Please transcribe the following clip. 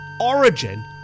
origin